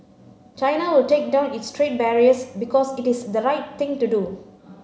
China will take down its trade barriers because it is the right thing to do